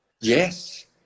Yes